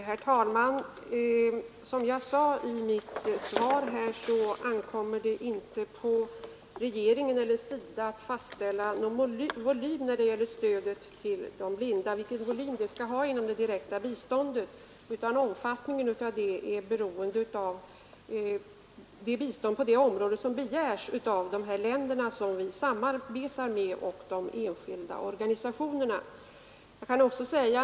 Herr talman! Som jag sade i mitt svar ankommer det inte på regeringen eller SIDA att fastställa vilken volym stödet till de blinda skall ha inom det direkta biståndet, utan omfattningen är beroende av vilket bistånd på det området som begärs av de länder som vi samarbetar med och av de enskilda organisationerna.